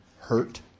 Hurt